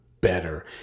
better